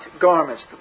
garments